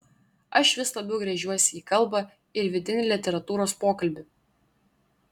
aš vis labiau gręžiuosi į kalbą ir vidinį literatūros pokalbį